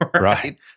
right